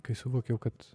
kai suvokiau kad